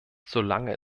solange